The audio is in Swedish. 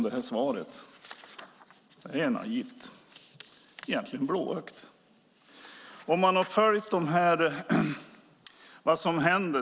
Det är naivt, rent av blåögt.